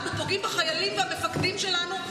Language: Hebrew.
אנחנו פוגעים בחיילים ובמפקדנו שלנו,